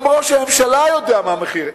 גם ראש הממשלה יודע מה המחיר.